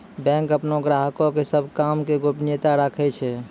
bank अपनो ग्राहको के सभ काम के गोपनीयता राखै छै